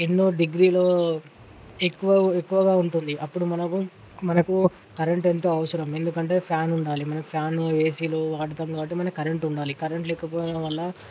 ఎన్నో డిగ్రీలు ఎక్కువ ఎక్కువగా ఉంటుంది అప్పుడు మనకు మనకు కరెంట్ ఎంతో అవసరం ఎందుకంటే ఫ్యాన్ ఉండాలి మనకి ఫ్యాన్ ఏసీలు వాడతాం కాబట్టి మనకు కరెంట్ ఉండాలి కరెంట్ లేకపోవడం వల్ల